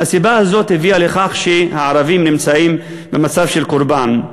העובדה הזאת הביאה לכך שהערבים נמצאים במצב של קורבן,